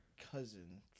cousin